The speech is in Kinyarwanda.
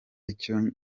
icyo